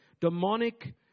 demonic